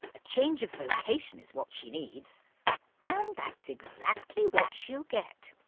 a change of vocation is what she needs and that's exactly what she'll get,